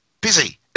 busy